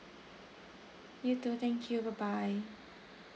you too thank you bye bye